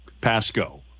Pasco